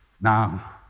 Now